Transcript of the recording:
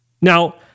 Now